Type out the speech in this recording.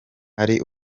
ari